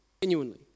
Genuinely